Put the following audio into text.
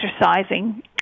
exercising